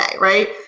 right